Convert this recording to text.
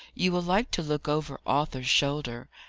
you will like to look over arthur's shoulder,